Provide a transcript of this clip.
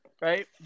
right